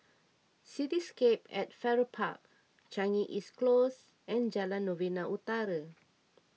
Cityscape at Farrer Park Changi East Close and Jalan Novena Utara